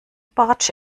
bartsch